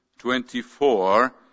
24